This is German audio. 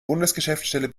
bundesgeschäftsstelle